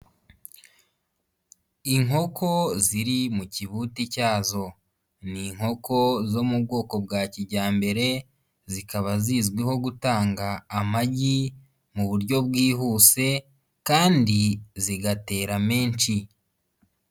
Inkoko ziri mu kibuti cyazo. Ni inkoko zo mu bwoko bwa kijyambere, zikaba zizwiho gutanga amagi mu buryo bwihuse kandi zigatera menshi.